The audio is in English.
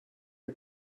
are